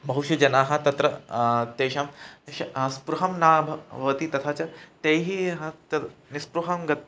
बहुषु जनाः तत्र तेषां स्पृहं न भवति तथा च तैः ह तद् निस्पृहं ग